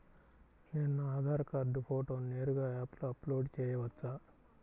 నేను నా ఆధార్ కార్డ్ ఫోటోను నేరుగా యాప్లో అప్లోడ్ చేయవచ్చా?